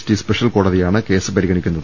T special കോടതിയാണ് case പരി ഗണിക്കുന്നത്